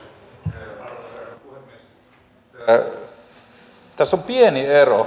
tässä on pieni ero